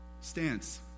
stance